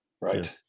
right